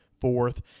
Fourth